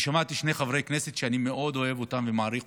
אני שמעתי שני חברי כנסת שאני מאוד אוהב ומעריך,